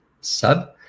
sub